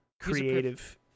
creative